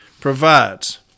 provides